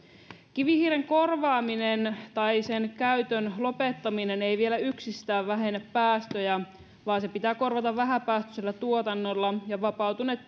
kivihiilen korvaaminen tai sen käytön lopettaminen ei vielä yksistään vähennä päästöjä vaan se pitää korvata vähäpäästöisellä tuotannolla ja vapautuneet